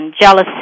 jealousy